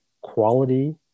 quality